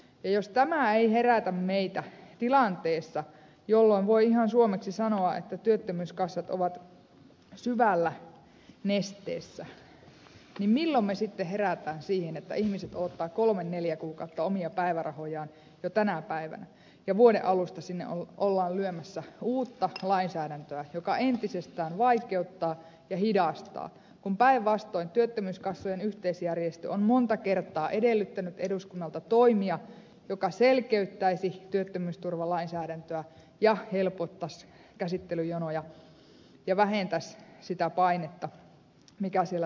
ja jos tämä ei herätä meitä tilanteessa jolloin voi ihan suomeksi sanoa että työttömyyskassat ovat syvällä nesteessä niin milloin me sitten herätään siihen että ihmiset odottavat kolme neljä kuukautta omia päivärahojaan jo tänä päivänä ja vuoden alusta sinne ollaan lyömässä uutta lainsäädäntöä joka entisestään vaikeuttaa ja hidastaa kun päinvastoin työttömyyskassojen yhteisjärjestö on monta kertaa edellyttänyt eduskunnalta toimia jotka selkeyttäisivät työttömyysturvalainsäädäntöä ja helpottaisivat käsittelyjonoja ja vähentäisivät sitä painetta mikä siellä tällä hetkellä on